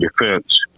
defense